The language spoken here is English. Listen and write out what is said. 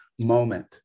moment